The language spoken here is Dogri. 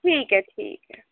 ठीक ऐ ठीक ऐ